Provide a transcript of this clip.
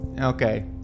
Okay